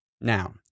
Now